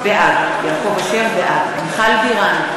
בעד מיכל בירן,